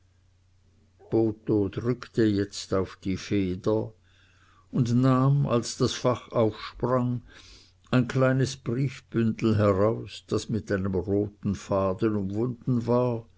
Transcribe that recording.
drückte jetzt auf die feder und nahm als das fach aufsprang ein kleines briefbündel heraus das mit einem roten faden umwunden war